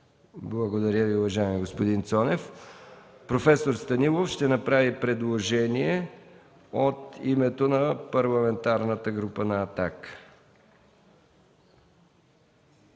Благодаря Ви, уважаеми господин Цонев. Професор Станилов ще направи предложение от името на Парламентарната група на